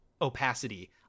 opacity